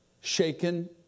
shaken